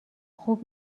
خوب